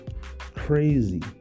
crazy